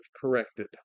corrected